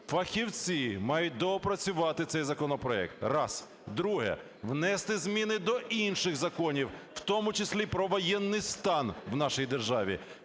фахівці мають доопрацювати цей законопроект. Раз. Друге. Внести зміни до інших законів, в тому числі про воєнний стан в нашій державі,